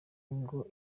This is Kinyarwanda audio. ngo